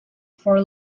for